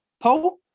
Paul